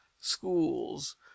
schools